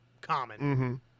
common